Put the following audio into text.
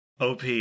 OP